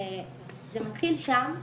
זה מתחיל שם.